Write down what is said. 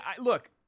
look